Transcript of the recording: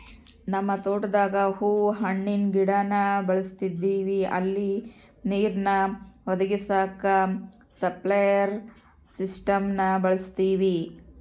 ನಮ್ ತೋಟುದಾಗ ಹೂವು ಹಣ್ಣಿನ್ ಗಿಡಾನ ಬೆಳುಸ್ತದಿವಿ ಅಲ್ಲಿ ನೀರ್ನ ಒದಗಿಸಾಕ ಸ್ಪ್ರಿನ್ಕ್ಲೆರ್ ಸಿಸ್ಟಮ್ನ ಬಳುಸ್ತೀವಿ